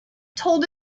told